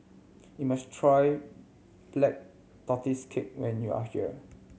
you must try Black Tortoise Cake when you are here